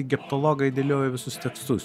egiptologai dėliojo visus tekstus